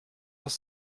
was